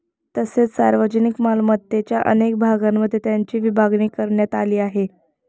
तसेच सार्वजनिक मालमत्तेच्या अनेक भागांमध्ये त्याची विभागणी करण्यात आली आहे